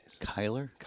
Kyler